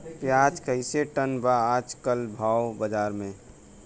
प्याज कइसे टन बा आज कल भाव बाज़ार मे?